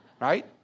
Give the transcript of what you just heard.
Right